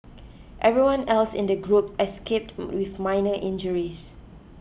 everyone else in the group escaped with minor injuries